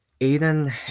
Aiden